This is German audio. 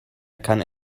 kann